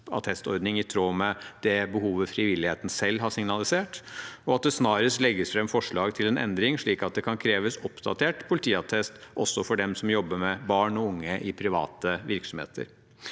i tråd med det behovet frivilligheten selv har signalisert, og at det snarest legges fram forslag til en endring, slik at det kan kreves oppdatert politiattest også for dem som jobber med barn og unge i private virksomheter.